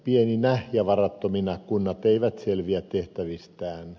pieninä ja varattomina kunnat eivät selviä tehtävistään